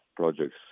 projects